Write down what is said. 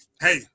Hey